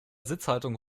sitzhaltung